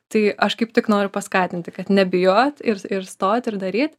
tai aš kaip tik noriu paskatinti kad nebijot ir ir stot ir daryt